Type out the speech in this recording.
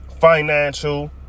financial